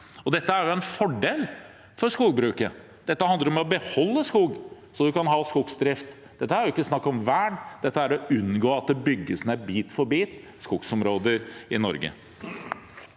Dette er jo en fordel for skogbruket. Dette handler om å beholde skog, så du kan ha skogsdrift. Dette er jo ikke snakk om vern. Dette er å unngå at skogsområder i Norge